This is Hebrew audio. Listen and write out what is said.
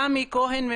תמי כהן,